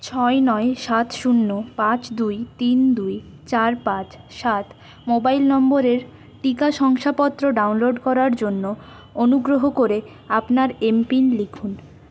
ছয় নয় সাত শূন্য পাঁচ দুই তিন দুই চার পাঁচ সাত মোবাইল নম্বরের টিকা শংসাপত্র ডাউনলোড করার জন্য অনুগ্রহ করে আপনার এম পিন লিখুন